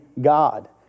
God